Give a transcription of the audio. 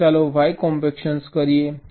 પહેલા ચાલો y compaction કરીએ